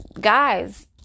guys